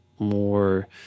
more